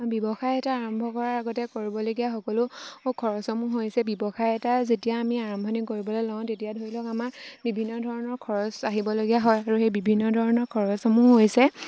ব্যৱসায় এটা আৰম্ভ কৰাৰ আগতে কৰিবলগীয়া সকলো খৰচসমূহ হৈছে ব্যৱসায় এটা যেতিয়া আমি আৰম্ভণি কৰিবলৈ লওঁ তেতিয়া ধৰি লওক আমাৰ বিভিন্ন ধৰণৰ খৰচ আহিবলগীয়া হয় আৰু সেই বিভিন্ন ধৰণৰ খৰচসমূহ হৈছে